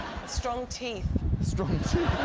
strong teeth. strong teeth!